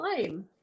time